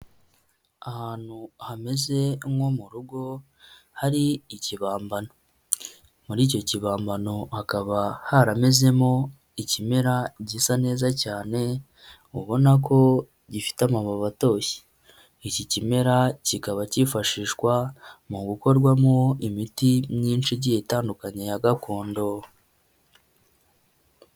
Ahantu hameze nko mu rugo hari ikibambano, muri icyo kibambano hakaba haramezemo ikimera gisa neza cyane ubona ko gifite amababi atoshye, iki kimera kikaba cyifashishwa mu gukorwamo imiti myinshi igiye itandukanye ya gakondo.